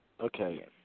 okay